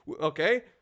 Okay